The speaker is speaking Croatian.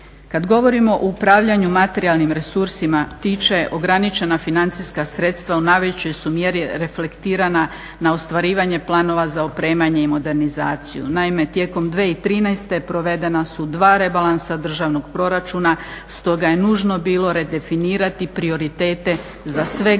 Kad govorimo o upravljanju materijalnim resursima tiče, ograničena financijska sredstva u najvećoj su mjeri reflektirana na ostvarivanje planova za opremanje i modernizaciju. Naime, tijekom 2013. provedena su dva rebalansa državnog proračuna. Stoga je nužno bilo redefinirati prioritete za sve grane